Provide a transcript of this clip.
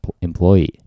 employee